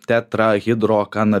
tetra hidro kana